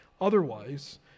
Otherwise